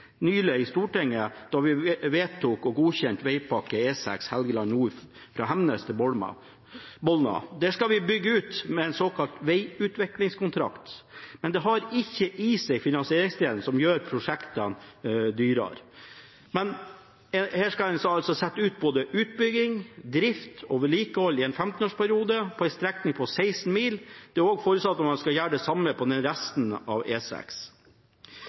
nylig i Stortinget, da vi vedtok og godkjente Vegpakke E6 Helgeland nord fra Korgen til Bolna. Der skal vi bygge ut med en såkalt vegutviklingskontrakt, som ikke har i seg finansieringsdelen som gjør prosjektene dyrere. Her skal en altså sette ut både utbygging, drift og vedlikehold i en 15-årsperiode på en strekning på 16 mil. Det er også forutsatt at man skal gjøre det samme på resten av